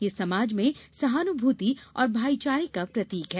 यह समाज में सहानुभूति और भाईचारे का प्रतीक है